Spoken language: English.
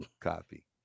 Copy